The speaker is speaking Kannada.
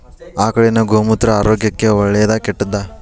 ಆಕಳಿನ ಗೋಮೂತ್ರ ಆರೋಗ್ಯಕ್ಕ ಒಳ್ಳೆದಾ ಕೆಟ್ಟದಾ?